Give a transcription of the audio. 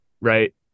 right